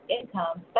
income